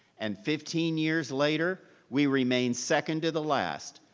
and fifteen years later, we remain second to the last,